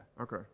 okay